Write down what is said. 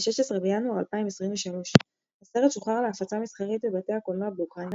ב-16 בינואר 2023. הסרט שוחרר להפצה מסחרית בבתי הקולנוע באוקראינה